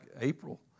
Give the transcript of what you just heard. April